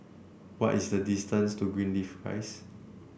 why is the distance to Greenleaf Rise